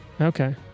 Okay